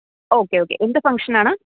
okay okay എന്ത് function ആണ്